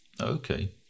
Okay